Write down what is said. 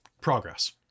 progress